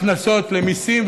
הכנסות, למיסים.